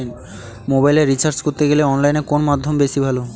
মোবাইলের রিচার্জ করতে গেলে অনলাইনে কোন মাধ্যম বেশি ভালো?